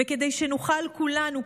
וכדי שנוכל כולנו,